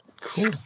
Cool